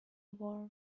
war